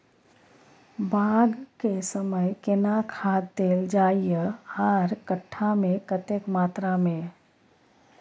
बाग के समय केना खाद देल जाय आर कट्ठा मे कतेक मात्रा मे?